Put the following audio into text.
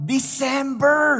December